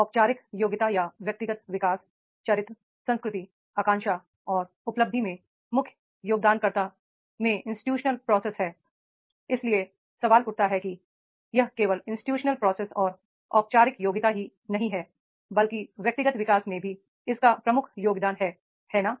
औपचारिक योग्यता या व्यक्तिगत विकास चरित्र संस्कृति आकांक्षा और उपलब्धि में प्रमुख योगदानकर्ता में इंस्टिट्यूशन प्रोसेस इसलिए सवाल उठता है कि यह केवल इंस्टिट्यूशन प्रोसेस और औपचारिक योग्यता ही नहीं है बल्कि व्यक्तिगत विकास में भी इसका प्रमुख योगदान है है ना